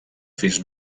fins